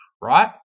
Right